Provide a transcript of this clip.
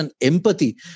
empathy